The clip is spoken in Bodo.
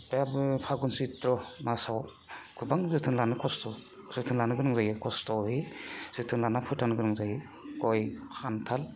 दा बे फागुन सैथ्र' मासाव गोबां जोथोन लानो खस्थ' जोथोन लानो गोनां जायो खस्थ'यै जोथोन लाना फोथांनो गोनां जायो गय खान्थाल